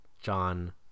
John